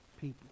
people